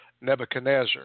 Nebuchadnezzar